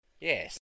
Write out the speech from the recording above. Yes